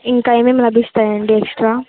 ఇంకా ఏమేమి లభిస్తాయి అండి ఎక్స్ట్రా